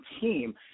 team